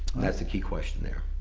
that's the key question there.